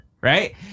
right